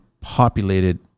populated